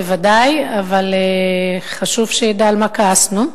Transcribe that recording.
בוודאי, אבל חשוב שידע על מה כעסנו.